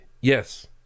Yes